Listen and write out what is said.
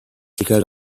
because